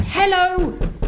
Hello